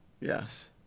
yes